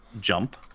Jump